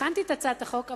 אני הכנתי את הצעת החוק,